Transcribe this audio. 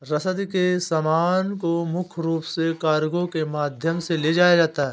रसद के सामान को मुख्य रूप से कार्गो के माध्यम से ले जाया जाता था